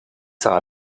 saw